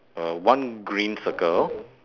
err one green circle